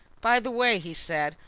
by the way, he said,